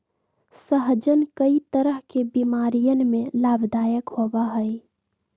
सहजन कई तरह के बीमारियन में लाभदायक होबा हई